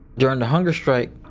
during the hunger strike,